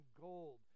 gold